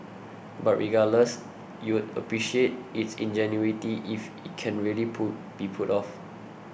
but regardless you'd appreciate its ingenuity if it can really pull be pulled off